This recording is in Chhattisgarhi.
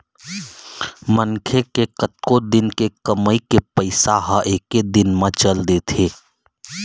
मनखे के कतको दिन के कमई के पइसा ह एके दिन म चल देथे